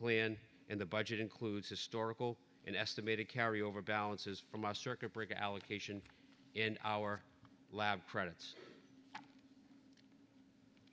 plan and the budget includes historical an estimated carryover balances from a circuit breaker allocation in our lab credits